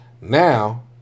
Now